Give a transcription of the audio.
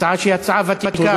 הצעה שהיא הצעה ותיקה.